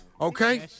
okay